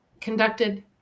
conducted